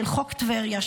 חוק טבריה,